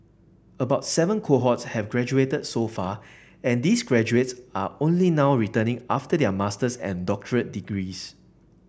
about seven cohorts have graduated so far and these graduates are only now returning after their master's and doctorate degrees